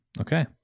Okay